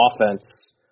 offense